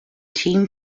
team